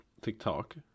TikTok